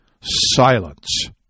silence